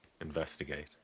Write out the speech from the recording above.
investigate